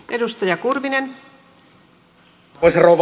arvoisa rouva puhemies